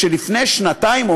כשלפני שנתיים,